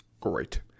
great